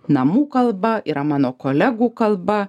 namų kalba yra mano kolegų kalba